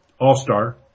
All-star